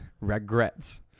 Regrets